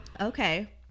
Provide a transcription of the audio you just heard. Okay